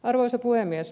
arvoisa puhemies